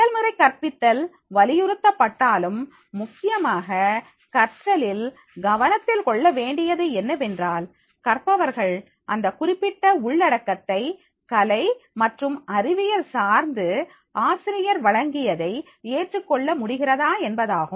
செயல்முறை கற்பித்தல் வலியுறுத்தப் பட்டாலும் முக்கியமாக கற்றலில் கவனத்தில் கொள்ள வேண்டியது என்னவென்றால் கற்பவர்கள் அந்த குறிப்பிட்ட உள்ளடக்கத்தை கலை மற்றும் அறிவியல் சார்ந்து ஆசிரியர் வழங்கியதை ஏற்றுக்கொள்ள முடிகிறதா என்பதாகும்